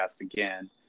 again